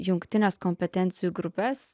jungtines kompetencijų grupes